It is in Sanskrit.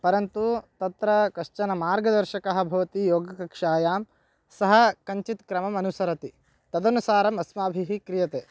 परन्तु तत्र कश्चन मार्गदर्शकः भवति योगकक्षायां सः कञ्चित् क्रमम् अनुसरति तदनुसारम् अस्माभिः क्रियते